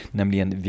nämligen